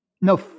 No